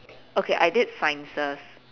okay I did sciences